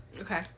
Okay